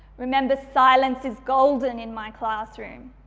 remember silence is golden in my classroom.